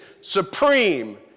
supreme